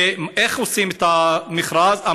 איך עושים את המכרז?